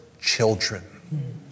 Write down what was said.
children